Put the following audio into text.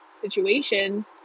situation